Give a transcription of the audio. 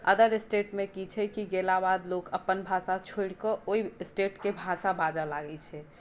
other state मे की छै की गेला बाद लोक अपन भाषा छोरिक ओहि स्टटे के भाषा बाजऽ लागै छै